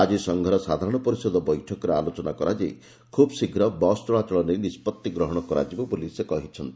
ଆଜି ସଂଘର ସାଧାରଶ ପରିଷଦ ବୈଠକରେ ଆଲୋଚନା କରାଯାଇ ଖୁବ୍ଶୀଘ୍ର ବସ୍ ଚଳାଚଳ ନେଇ ନିଷ୍ବତ୍ତି ଗ୍ରହଶ କରାଯିବ ବୋଲି ସେ କହିଛନ୍ତି